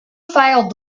file